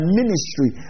ministry